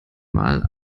mal